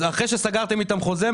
אז אחרי שסגרתם איתם חוזה,